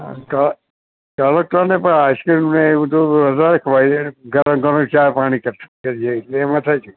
તમે કહો ને પણ આઇસક્રીમ ને એ બધું વધારે ખવાય છે ગરમ ચા પાણી